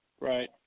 right